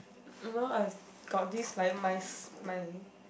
you know I have got this like my s~ my